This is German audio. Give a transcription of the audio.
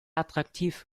attraktiv